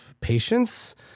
patience